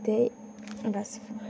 ते बस